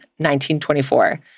1924